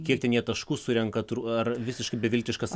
kiek ten jie taškų surenka tru ar visiškai beviltiškas